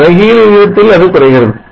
தலைகீழ் விகிதத்தில் அது குறைகிறது